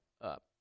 up